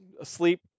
asleep